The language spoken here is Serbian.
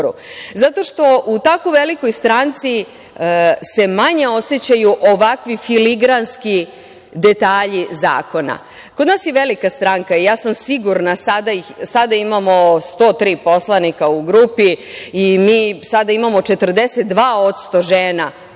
Zato što u tako velikoj stranci se manje osećaju ovakvi filigranski detalji zakona. Kod nas je velika stranka i ja sam sigurana da sada imamo 103 poslanika u grupi i mi sada imamo 42% žena